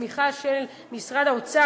בתמיכה של משרד האוצר,